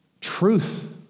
truth